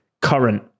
Current